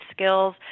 skills